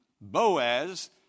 Boaz